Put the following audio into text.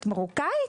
את מרוקאית?